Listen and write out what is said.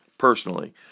personally